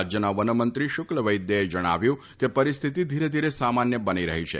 રાજ્યના વનમંત્રી શુક્લ વૈદ્યએ જણાવ્યું ફતું કે પરિ ે સ્થતિ ધીરે ધીરે સામાન્ય બની રફી છે